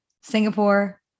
Singapore